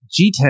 G10